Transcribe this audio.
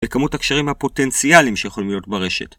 וכמות הקשרים הפוטנציאליים שיכולים להיות ברשת